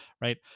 right